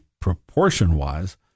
proportion-wise